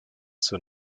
cela